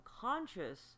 conscious